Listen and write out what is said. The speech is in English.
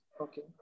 Okay